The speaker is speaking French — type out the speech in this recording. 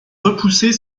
repousser